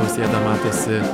nausėda matosi